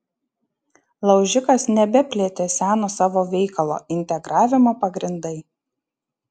laužikas nebeplėtė seno savo veikalo integravimo pagrindai